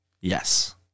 Yes